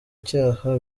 icyaha